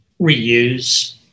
reuse